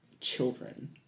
children